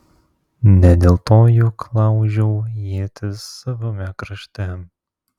ne dėl to juk laužiau ietis savame krašte